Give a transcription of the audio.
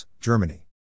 Germany